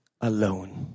alone